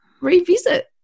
revisit